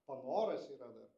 panoras yra dar